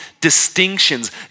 distinctions